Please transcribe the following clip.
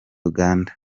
uganda